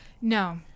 No